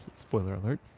spoiler alert.